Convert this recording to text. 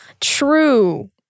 True